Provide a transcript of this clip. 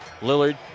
Lillard